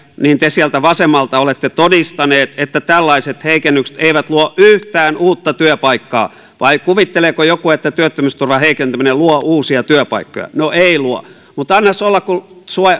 niin te sieltä vasemmalta olette todistaneet että tällaiset heikennykset eivät luo yhtään uutta työpaikkaa vai kuvitteleeko joku että työttömyysturvan heikentäminen luo uusia työpaikkoja no ei luo mutta annas olla kun